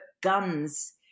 guns